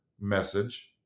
message